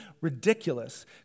ridiculous